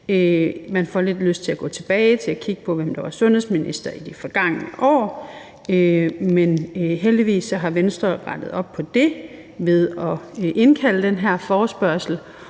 Man får lidt lyst til at gå tilbage at kigge på, hvem der var sundhedsminister i de forgangne år, men heldigvis har Venstre bakket op her ved at indkalde til den her forespørgsel.